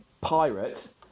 Pirate